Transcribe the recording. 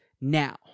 now